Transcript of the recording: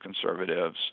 conservatives